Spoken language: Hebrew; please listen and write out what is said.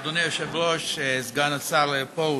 אדוני היושב-ראש, סגן השר פרוש.